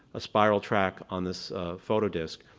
a spiral track on this photo disc.